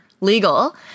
legal